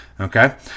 Okay